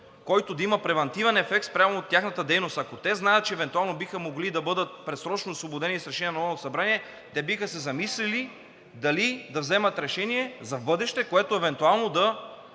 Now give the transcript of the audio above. който да има превантивен ефект спрямо тяхната дейност. Ако знаят, че евентуално биха могли да бъдат предсрочно освободени с решение на Народното събрание, те биха се замислили дали да вземат решение за в бъдеще, което евентуално да